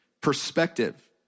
perspective